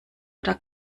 oder